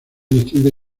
distintas